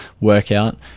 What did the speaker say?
workout